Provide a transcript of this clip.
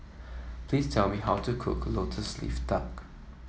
please tell me how to cook lotus leaf duck